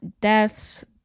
deaths